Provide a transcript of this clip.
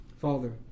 Father